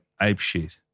apeshit